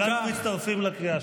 כולנו מצטרפים לקריאה שלך.